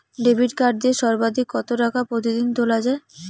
Debit card দিয়ে সর্বাধিক কত টাকা প্রতিদিন তোলা য়ায়?